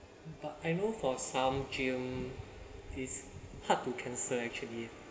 but I know for some gym is hard to cancel actually